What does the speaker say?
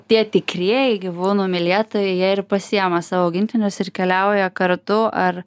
tie tikrieji gyvūnų mylėtojai jei ir pasiima savo augintinius ir keliauja kartu ar